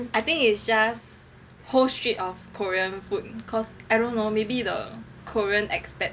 I think is just whole street of korean food cause I don't know maybe the korean expat